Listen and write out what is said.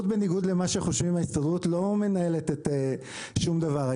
למה שחושבים ההסתדרות לא מנהלת שום דבר.